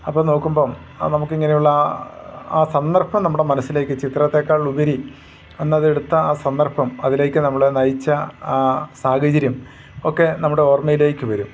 അപ്പോൾ നോക്കുമ്പം ആ നമുക്കിങ്ങനെയുള്ള ആ ആ സന്ദർഭം നമ്മുടെ മനസ്സിലേക്ക് ചിത്രത്തേക്കാളുപരി അന്നതെടുത്ത ആ സന്ദർഭം അതിലേക്ക് നമ്മളെ നയിച്ച ആ സാഹചര്യം ഒക്കെ നമ്മുടെ ഓർമ്മയിലേക്ക് വരും